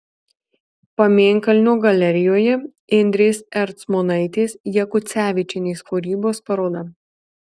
pamėnkalnio galerijoje indrės ercmonaitės jakucevičienės kūrybos paroda